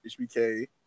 HBK